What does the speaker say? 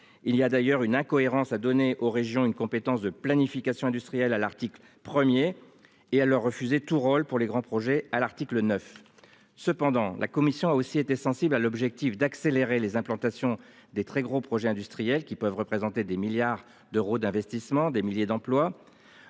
il y a d'ailleurs une incohérence à donner aux régions une compétence de planification industrielle à l'article 1er et à leur refuser tout rôle pour les grands projets à l'article 9. Cependant, la commission a aussi été sensible à l'objectif d'accélérer les implantations des très gros projets industriels qui peuvent représenter des milliards d'euros d'investissements des milliers d'emplois.